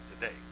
today